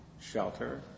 shelter